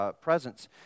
presence